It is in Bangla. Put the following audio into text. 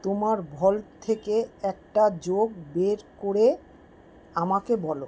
তোমার ভল্ট থেকে একটা জোক বের করে আমাকে বলো